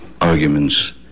arguments